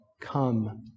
come